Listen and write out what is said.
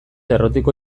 errotiko